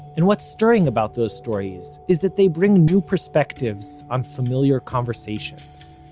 and what's stirring about those stories is that they bring new perspectives on familiar conversations.